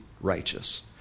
righteous